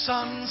sun